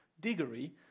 Diggory